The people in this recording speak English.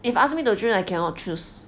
if asked me to choose I cannot choose